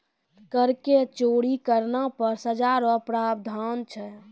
कर के चोरी करना पर सजा रो प्रावधान छै